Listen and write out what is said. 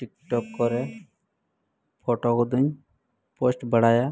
TikTok ᱠᱚᱨᱮ photo ᱠᱚᱫᱚᱧ post ᱵᱟᱲᱟᱭᱟ